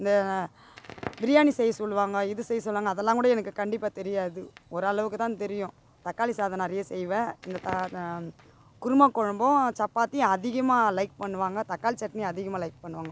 இந்த பிரியாணி செய்ய சொல்லுவாங்கள் இது செய்ய சொல்லுவாங்கள் அதெல்லாம் கூட எனக்கு கண்டிப்பாக தெரியாது ஓரளவுக்குதான் தெரியும் தக்காளி சாதம் நிறைய செய்யுவேன் இந்த த குருமா குழம்பும் சப்பாத்தியும் அதிகமாக லைக் பண்ணுவாங்க தக்காளி சட்னி அதிகமாக லைக் பண்ணுவாங்கள்